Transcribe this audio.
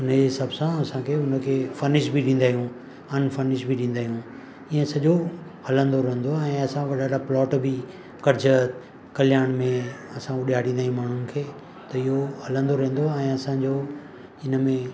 हुनजे हिसाबु सां असांखे हुनखे फर्निश बि ॾींदा आहियूं अनफर्निश बि ॾींदा आहियूं ईअं सॼो हलंदो रहंदो ऐं असां वॾा वॾा प्लॉट बि कर्जत कल्याण में असां हो ॾियारींदा आहियूं माण्हुनि खे त इहो हलंदो रहंदो ऐं असांजो हिनमें